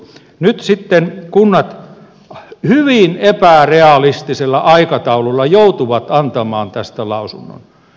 nyt sitten kunnat hyvin epärealistisella aikataululla joutuvat antamaan tästä lausunnon